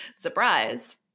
Surprise